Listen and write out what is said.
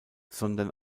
sondern